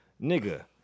Nigga